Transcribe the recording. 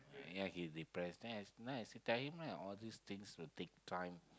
ya he depressed then I then I say tell him lah all these things will take time